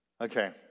Okay